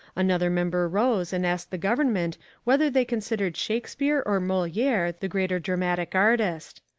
another member rose and asked the government whether they considered shakespere or moliere the greater dramatic artist.